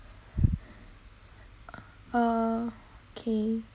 okay